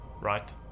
Right